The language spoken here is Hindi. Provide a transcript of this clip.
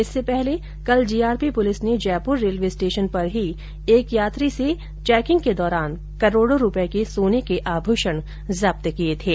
इससे पहले कल जीआरपी पुलिस ने जयपुर रेलवे स्टेशन पर ही एक यात्री से चैकिंग के दौरान करोड़ों रूपये के सोने के आभूषण जब्त किए थे